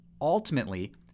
ultimately